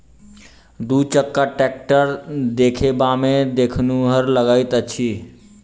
दू चक्का टेक्टर देखबामे देखनुहुर लगैत अछि